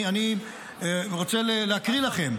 אני רוצה להקריא לכם: